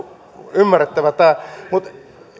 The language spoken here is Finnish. ymmärrettävä tämä mutta